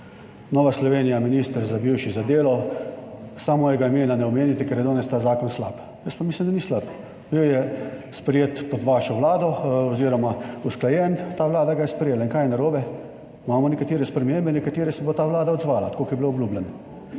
Nova Slovenija, minister, bivši, za delo, samo mojega imena ne omenite, ker je danes ta zakon slab. Jaz pa mislim, da ni slab. Bil je sprejet pod vašo vlado oziroma usklajen, ta vlada ga je sprejela. in kaj je narobe? Imamo nekatere spremembe na katere se bo ta Vlada odzvala tako kot je bilo obljubljeno.